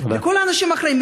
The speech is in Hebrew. כל האנשים האחראיים,